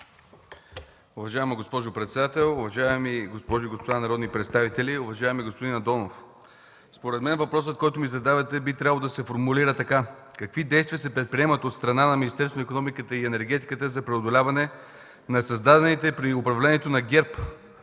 Уважаема госпожо председател, уважаеми госпожи и господа народни представители! Уважаеми господин Андонов, според мен въпросът, който ми задавате, би трябвало да се формулира така: какви действия се предприемат от страна на Министерството на икономиката и енергетиката за преодоляване на създадените при управлението на ГЕРБ